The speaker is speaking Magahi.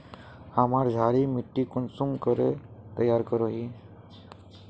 हमार क्षारी मिट्टी कुंसम तैयार करोही?